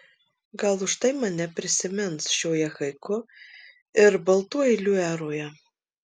gal už tai mane prisimins šioje haiku ir baltų eilių eroje